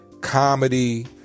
comedy